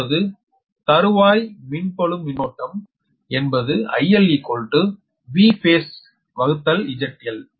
இப்பொழுது தருவாய் மின்பழு மின்னோட்டம் என்பது ILVphaseZL